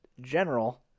general